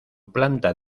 planta